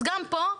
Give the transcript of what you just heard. אז גם פה,